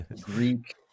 Greek